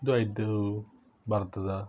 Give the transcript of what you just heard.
ಇದು ಐದು ಭಾರತದ